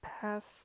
past